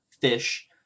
fish